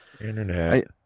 Internet